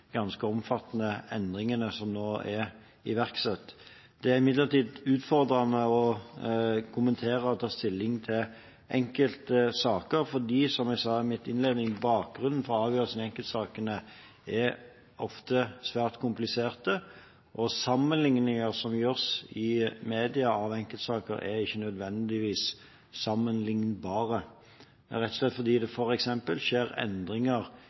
ganske omfattende endringene som nå er iverksatt. Det er imidlertid utfordrende å kommentere og ta stilling til enkelte saker, fordi – som jeg sa i min innledning – bakgrunnen for avgjørelsene i enkeltsakene ofte er svært komplisert, og den sammenligningen som gjøres i media når det gjelder enkeltsaker, er ikke nødvendigvis sammenlignbar, rett og slett fordi det f.eks. skjer endringer